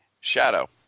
Shadow